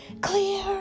clear